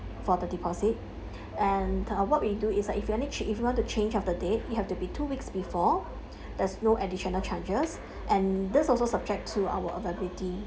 for the deposit and uh what we do is like if you are need ch~ if you want to change of the date it have to be two weeks before there's no additional charges and this also subject to our availability